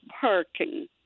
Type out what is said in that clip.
parking